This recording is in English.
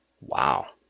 wow